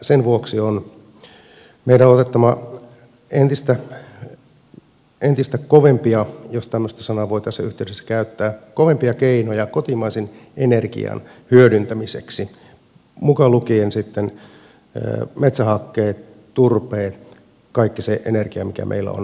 sen vuoksi meidän on otettava entistä kovempia jos tämmöistä sanaa voi tässä yhteydessä käyttää keinoja kotimaisen energian hyödyntämiseksi mukaan lukien sitten metsähake turve kaikki se energia mikä meillä on käytettävissä